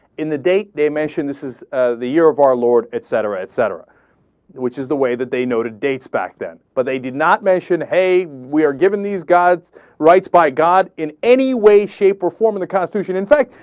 in the date, they mentioned this is the year of our lord et cetera, et cetera which is the way that they noted dates back then. but they did not mention, hey, we are giving these god's rights by god in any way, way, shape, or form in the constitution. in fact,